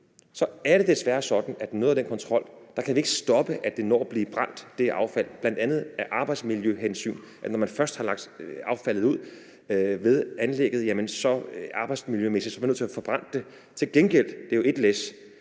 Så er det desværre sådan, at vi med noget af den kontrol ikke kan stoppe, at affaldet når at blive brændt, bl.a. på grund af arbejdsmiljøhensyn. Når man først har lagt affaldet ude ved anlægget, er man arbejdsmiljømæssigt nødt til at forbrænde det. Det er jo ét læs.